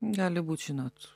gali būt žinot